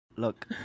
Look